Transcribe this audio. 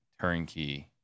turnkey